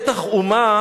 בטח אומה